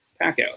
packout